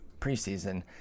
preseason